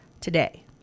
today